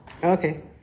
Okay